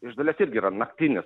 iš dalies irgi yra naktinis